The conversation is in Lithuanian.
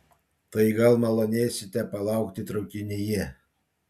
tai gal malonėsite palaukti traukinyje